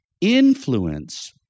Influence